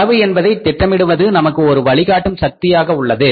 செலவு என்பதை திட்டமிடுவது நமக்கு ஒரு வழிகாட்டும் சக்தியாக உள்ளது